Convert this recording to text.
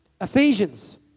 Ephesians